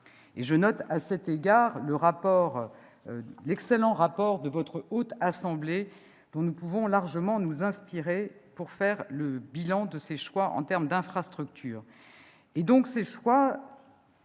Je note, à cet égard, l'excellent rapport de votre Haute Assemblée, dont nous pouvons largement nous inspirer pour faire le bilan des choix en termes d'infrastructures.